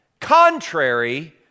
contrary